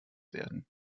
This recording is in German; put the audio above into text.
werden